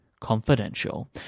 confidential